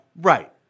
Right